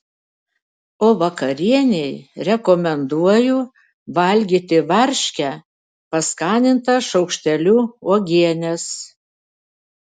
o vakarienei rekomenduoju valgyti varškę paskanintą šaukšteliu uogienės